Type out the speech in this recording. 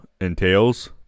entails